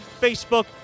Facebook